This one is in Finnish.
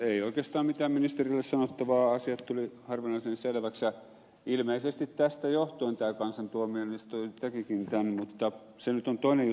ei oikeastaan mitään ministerille sanottavaa asiat tulivat harvinaisen selviksi ja ilmeisesti tästä johtuen tämä kansan tuomioistuin tekikin tämän mutta se nyt on toinen juttu